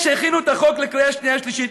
כשהכינו את החוק לקריאה שנייה ושלישית,